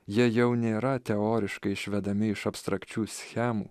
jie jau nėra teoriškai išvedami iš abstrakčių schemų